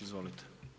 Izvolite.